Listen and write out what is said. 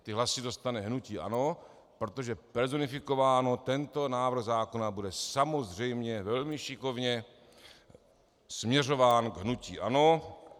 Ty hlasy dostane hnutí ANO, protože personifikováno, tento návrh zákona bude samozřejmě velmi šikovně směřován k hnutí ANO.